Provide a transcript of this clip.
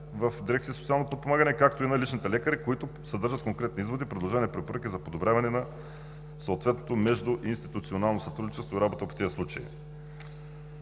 в дирекция „Социално подпомагане“, както и на личните лекари, които съдържат конкретни изводи, предложения, препоръки за подобряване на съответното междуинституционално сътрудничество и работа по тези случаи.